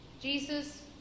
Jesus